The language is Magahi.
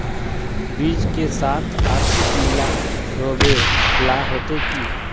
बीज के साथ आर कुछ मिला रोहबे ला होते की?